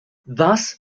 thus